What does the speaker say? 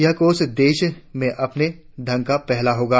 यह कोष देश में अपने ढंग का पहला होगा